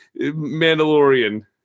Mandalorian